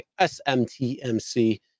smtmc